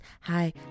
hi